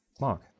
Mark